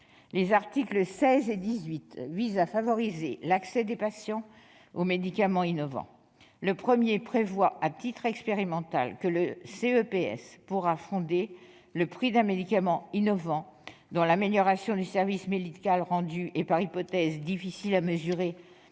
Les articles 16 et 18 visent à favoriser l'accès des patients aux médicaments innovants. Le premier prévoit, à titre expérimental, que le Comité économique des produits de santé (CEPS) pourra fonder le prix d'un médicament innovant, dont l'amélioration du service médical rendu est par hypothèse difficile à mesurer